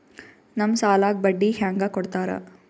ನಮ್ ಸಾಲಕ್ ಬಡ್ಡಿ ಹ್ಯಾಂಗ ಕೊಡ್ತಾರ?